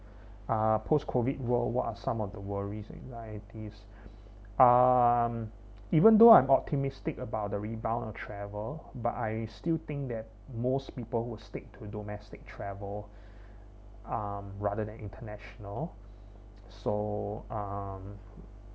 a post COVID world what are some of the worries anxieties um even though I'm optimistic about the rebound travel but I still think that most people will stick to domestic travel um rather than international so um